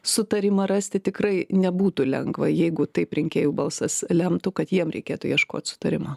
sutarimą rasti tikrai nebūtų lengva jeigu taip rinkėjų balsas lemtų kad jiem reikėtų ieškot sutarimo